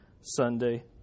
Sunday